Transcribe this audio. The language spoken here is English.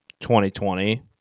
2020